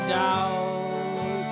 doubt